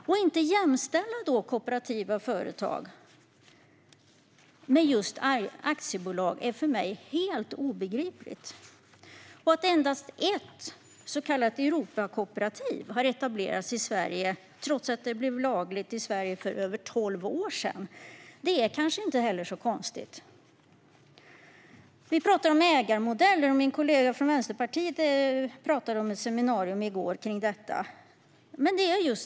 Att inte jämställa kooperativa företag med just aktiebolag är för mig helt obegripligt. Att endast ett så kallat Europakooperativ har etablerats i Sverige, trots att de blev lagliga i Sverige för över tolv år sedan, är kanske inte heller så konstigt. Vi talar om ägarmodeller, och min kollega från Vänsterpartiet talade om ett seminarium i går om detta.